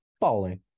Bowling